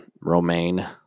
Romaine